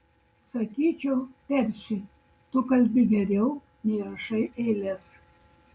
sakyčiau persi tu kalbi geriau nei rašai eiles